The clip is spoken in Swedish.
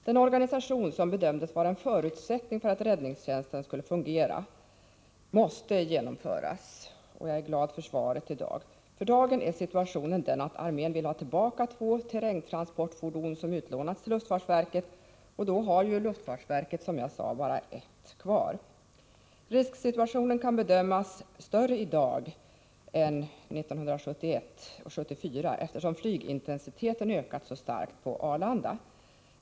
Den organisation som bedömdes vara en förutsättning för att räddningstjänsten skulle fungera måste genomföras, och jag är därför glad för svaret. För dagen är situationen den att armén vill ha tillbaka två terrängtransportfordon som utlånats till luftfartsverket, och då har ju luftfartsverket, som jag sade, bara ett kvar. Risksituationen kan bedömas som större i dag än 1971 och 1974, eftersom flygintensiteten ökat så starkt på Arlanda.